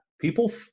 people